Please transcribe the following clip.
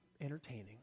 entertaining